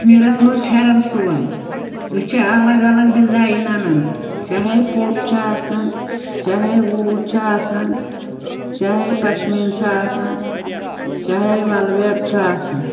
کَشمیٖرَس منٛز پھیٚرَن سُووان أسۍ چھِ اَلگ اَلگ ڈِزایِن اَنان چاہے پوٚٹ چھُ آسان چاہے ووٗل چھُ آسان چاہے پَشمیٖن چھُ آسان چاہے وَلویٹ چھُ آسان